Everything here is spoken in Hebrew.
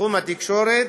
בתחום התקשורת,